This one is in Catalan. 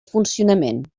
funcionament